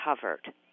covered